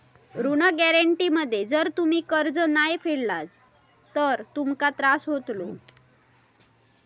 ऋण गॅरेंटी मध्ये जर तुम्ही कर्ज नाय फेडलास तर तुमका त्रास होतलो